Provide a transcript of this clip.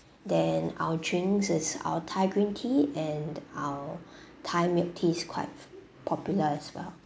then our drinks is our thai green tea and our thai milk tea is quite popular as well